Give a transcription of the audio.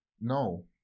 No